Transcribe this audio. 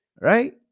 right